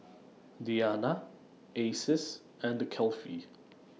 Diyana Aziz and The Kefli